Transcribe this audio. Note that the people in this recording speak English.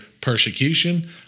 persecution